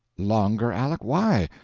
longer, aleck? why?